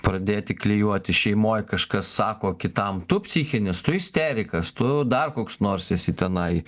pradėti klijuoti šeimoj kažkas sako kitam tu psichinis tu isterikas tu dar koks nors esi tenai